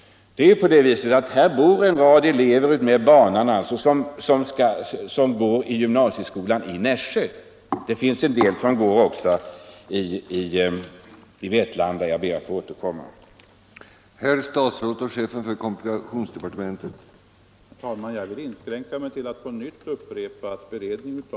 Utmed banan bor ett antal elever som går i gymnasieskolan i Nässjö och några som går i skolan i Vetlanda. Jag beklagar, men nu ser jag att min taletid är ute, och jag ber därför att få återkomma.